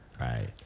Right